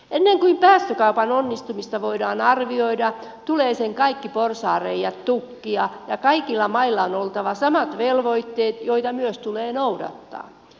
ennen kuin päästökaupan onnistumista voidaan arvioida tulee sen kaikki porsaanreiät tukkia ja kaikilla mailla on oltava samat velvoitteet joita myös tulee noudattaa